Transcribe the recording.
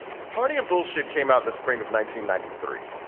party of bullshit came out the spring of nineteen ninety three.